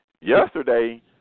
yesterday –